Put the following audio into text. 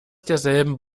derselben